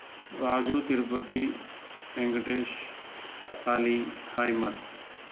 Raju Tirupati Venkatesh Ali Ahmed